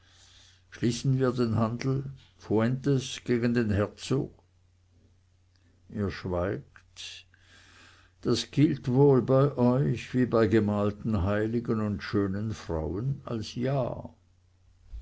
schließen wir den handel fuentes gegen den herzog ihr schweigt das gilt wohl bei euch wie bei gemalten heiligen und schönen frauen als ja